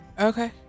Okay